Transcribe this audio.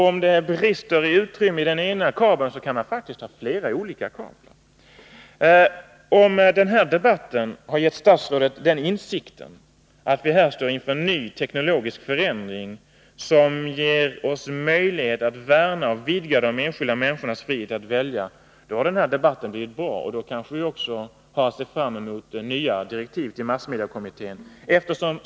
Om det brister i fråga om utrymme i den ena kabeln, så kan man faktiskt ha flera olika kablar. Om den här debatten har gett statsrådet den insikten att vi här står inför en ny teknisk förändring, som ger oss möjlighet att värna och vidga de enskilda människornas frihet att välja, då har denna debatt blivit bra, och då kanske vi också har att se fram emot nya direktiv till massmediekommittén.